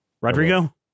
Rodrigo